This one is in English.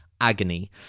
agony